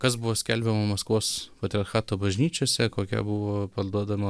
kas buvo skelbiama maskvos patriarchato bažnyčiose kokia buvo parduodama